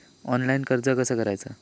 Online कर्ज कसा करायचा?